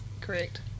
Correct